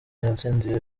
yatsindiye